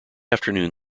afternoon